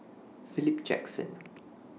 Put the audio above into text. Philip Jackson